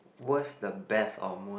was the best or most